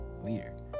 leader